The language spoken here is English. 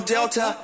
Delta